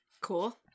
Cool